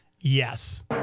Yes